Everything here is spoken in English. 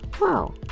Wow